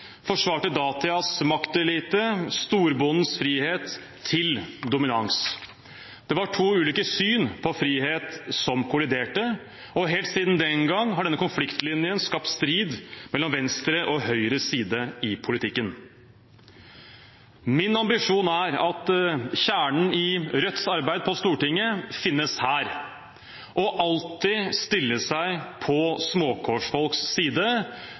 forsvarte datidens maktelite storbondens frihet til dominans. Det var to ulike syn på frihet som kolliderte, og helt siden den gang har denne konfliktlinjen skapt strid mellom venstre og høyre side i politikken. Min ambisjon er at kjernen i Rødts arbeid på Stortinget finnes her – å alltid stille seg på småkårsfolks side,